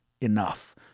enough